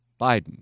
Biden